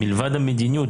מלבד המדיניות,